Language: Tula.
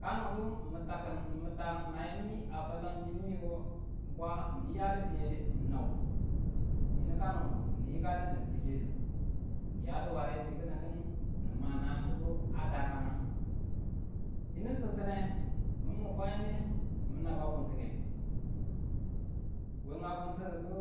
Kano du mi takkin mi tak nayemi a faleng midu miko bwa niyadu diye n nau, yinu kano du ni yakadu ni tinge du, niyadu ware tikinikin ni ma nanang kiku a dakanang, yinu tintine mun mi fwayame min naba buntike wenge buntikiku,